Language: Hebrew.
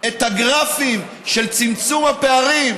של צמצום הפערים.